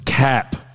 Cap